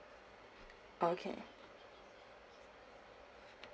okay